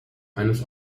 eines